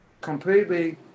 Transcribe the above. completely